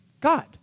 God